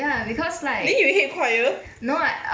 didn't you hate choir